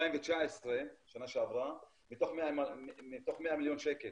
ב-2019, שנה שעברה, מתוך 100 מיליון שקל